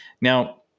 Now